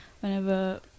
whenever